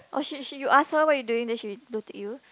oh she she you ask her what you doing then she blue tick you